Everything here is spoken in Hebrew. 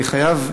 אני חייב,